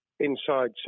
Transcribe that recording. inside